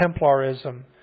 Templarism